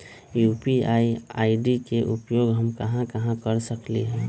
UPI ID के उपयोग हम कहां कहां कर सकली ह?